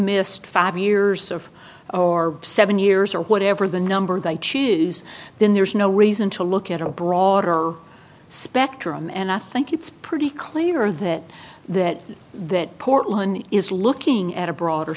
missed five years of or seven years or whatever the number that i choose then there's no reason to look at a broader spectrum and i think it's pretty clear that that that portland is looking at a broader